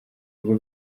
bigo